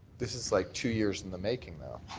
this is like two years in the making now.